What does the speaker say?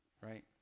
right